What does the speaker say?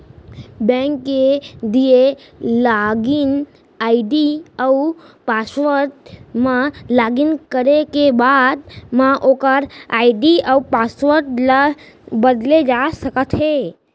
bank के दिए login ID अउ पासवर्ड म लॉगिन करे के बाद म ओकर आईडी अउ पासवर्ड ल बदले जा सकते हे